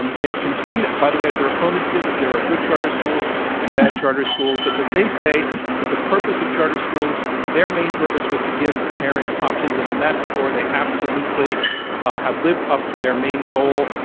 um they concede, by the way, as their opponents do, that there are good charter schools and bad charter schools, but that they say that the purpose of charter schools their main purpose was to give parents options. and, on that score, they absolutely have lived up to their main goal.